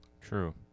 True